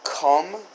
come